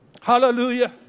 Hallelujah